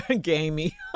gamey